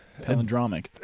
Palindromic